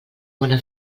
bona